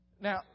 Now